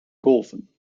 golfen